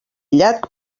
llac